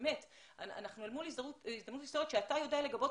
אנחנו אל מול הזדמנות היסטורית שאתה יודע לגבות